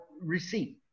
receipt